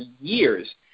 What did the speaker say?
years